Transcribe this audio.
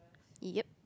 ya